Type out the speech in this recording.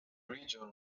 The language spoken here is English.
region